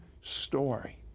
story